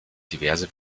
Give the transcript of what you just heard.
diverse